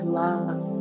love